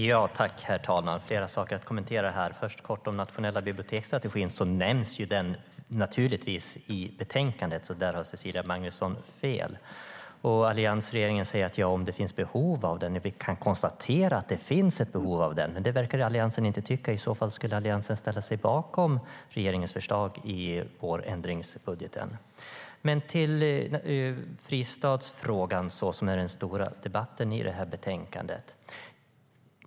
Herr talman! Här finns flera saker att kommentera. Den nationella biblioteksstrategin nämns naturligtvis i betänkandet. Så där har Cecilia Magnusson fel. Enligt alliansregeringen skulle det tas fram en biblioteksstrategi om det fanns behov av en sådan. Vi kan konstatera att det finns ett behov, men Alliansen verkar inte tycka det. I så fall skulle Alliansen ställa sig bakom regeringens förslag i vårändringsbudgeten. Den stora frågan i det här betänkandet är fristadsfrågan.